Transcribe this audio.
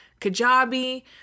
Kajabi